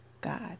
God